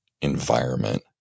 environment